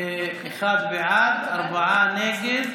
אחד בעד, ארבעה נגד.